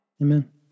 Amen